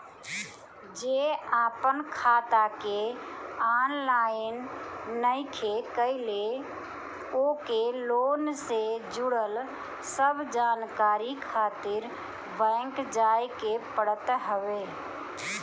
जे आपन खाता के ऑनलाइन नइखे कईले ओके लोन से जुड़ल सब जानकारी खातिर बैंक जाए के पड़त हवे